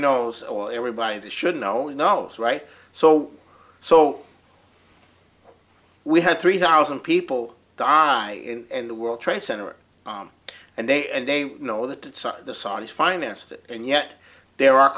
knows or everybody that should know knows right so so we had three thousand people die and the world trade center and they and they know that the saudis financed it and yet they're our